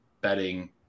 betting